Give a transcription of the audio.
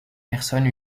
personnes